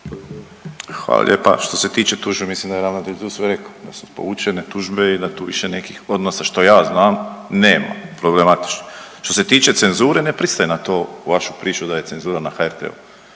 Hvala lijepa. Što se tiče tužbi mislim da je ravnatelj tu sve rekao, da su povučene tužbe i da tu više nekih odnosa što ja znam nema, problematičnih. Što se tiče cenzure, ne pristaje na to u vašu priču da je cenzura na HRT-u